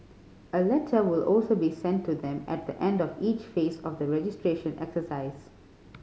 a letter will also be sent to them at the end of each phase of the registration exercise